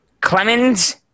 Clemens